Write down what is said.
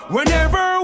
Whenever